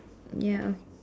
ya okay